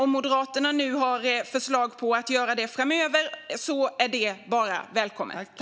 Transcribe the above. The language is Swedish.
Om Moderaterna nu har förslag på att göra det framöver är det bara välkommet.